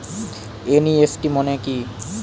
NEFT মনে কি?